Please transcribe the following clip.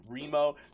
Remo